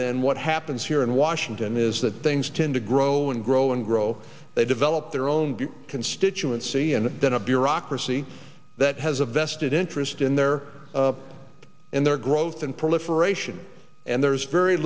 than what happens here in washington is that things tend to grow and grow and grow they develop their own constituency and then a bureaucracy that has a vested interest in their in their growth and proliferation and there's very